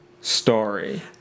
story